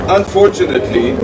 unfortunately